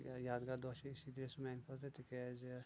یاد گار دۄہ چھُ اسی لیے سُہ میانہِ خٲطرٕ تِکیازِ